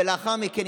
ולאחר מכן,